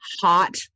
hot